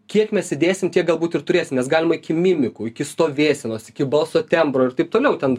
kiek mes įdėsim tiek galbūt ir turės nes galima iki mimikų iki stovėsenos iki balso tembro taip toliau ten